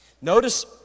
notice